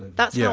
that's yeah